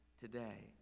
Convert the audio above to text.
Today